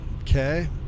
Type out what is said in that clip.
okay